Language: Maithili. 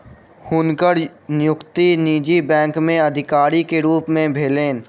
हुनकर नियुक्ति निजी बैंक में अधिकारी के रूप में भेलैन